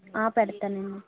పెడతానండి